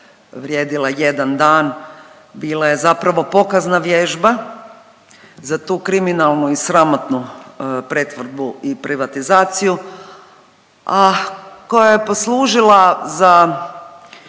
vrijedila jedan dan bila je zapravo pokazna vježba za tu kriminalnu i sramotnu pretvorbu i privatizaciju, a koja je poslužila za